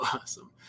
awesome